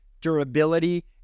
durability